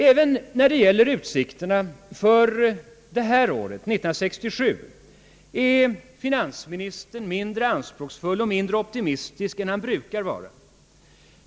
Även när det gäller utsikterna för 1967 är finansministern mindre anspråksfull och mindre optimistisk än han brukar vara.